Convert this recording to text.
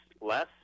less